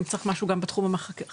אם צריך גם משהו בתחום החקיקתי,